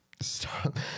Stop